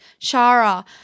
Shara